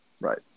Right